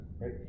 right